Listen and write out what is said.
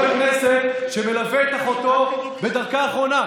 כנסת שמלווה את אחותו בדרכה האחרונה?